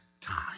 time